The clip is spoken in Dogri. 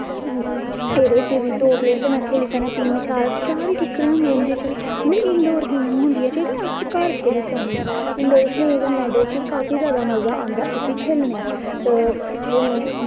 एह्दै च बी दे प्लेयर खेली सकने चिन्न चार चार गै ठिक्करां होंदियां इंदे च बी एह् इंडोर गेम होंदियां जेह्ड़ियां अस घर खेली सकने ऐं सनेक ऐंड़ लैडन च बी काफी जादा मज़ा आंदा इसी खेलने गी खेलनें गी